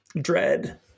dread